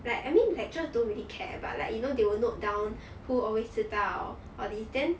like I mean lecturer don't really care but like you know they will note down who always sit out or this then